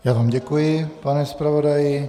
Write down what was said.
Já vám děkuji, pane zpravodaji.